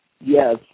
yes